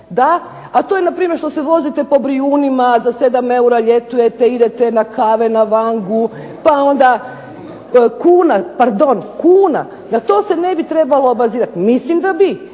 A to je npr. što se vozite po Brijunima, za 7 eura ljetujete, idete na kave na Vangu, pa onda kuna, pardon kuna. Na to se ne bi trebalo obazirati. Mislim da bi,